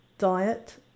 diet